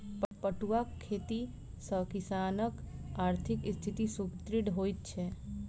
पटुआक खेती सॅ किसानकआर्थिक स्थिति सुदृढ़ होइत छै